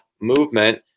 movement